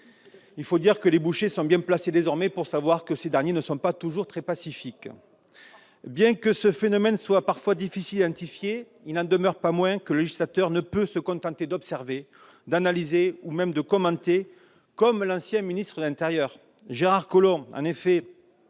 Il faut dire que les bouchers sont désormais bien placés pour savoir que ces militants ne sont pas toujours très pacifiques ... Bien que ce phénomène soit parfois difficile à identifier, il n'en demeure pas moins que le législateur ne peut se contenter d'observer, d'analyser ou même de commenter, comme l'ancien ministre de l'intérieur Gérard Collomb, qui avait